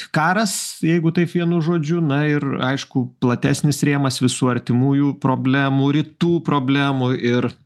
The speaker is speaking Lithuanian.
karas jeigu taip vienu žodžiu na ir aišku platesnis rėmas visų artimųjų problemų rytų problemų ir